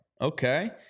okay